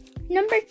number